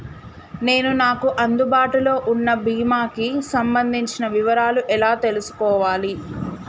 నేను నాకు అందుబాటులో ఉన్న బీమా కి సంబంధించిన వివరాలు ఎలా తెలుసుకోవాలి?